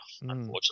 unfortunately